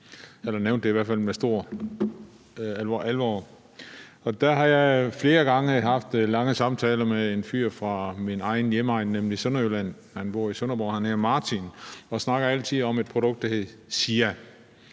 den i hvert fald med stor alvor. Der har jeg flere gange haft lange samtaler med en fyr fra min egen hjemegn, nemlig Sønderjylland. Han bor i Sønderborg, og han hedder Martin og snakker altid om et produkt, der hedder